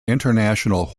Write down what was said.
international